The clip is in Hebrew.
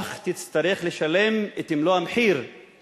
ובכך תצטרך לשלם את מלוא המחיר על